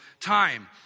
time